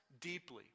deeply